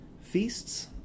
feasts